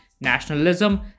nationalism